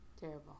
Terrible